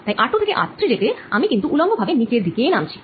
তাই r2 থেকে r3 যেতে আমি কিন্তু উল্লম্ব ভাবে নিচের দিকে নামছি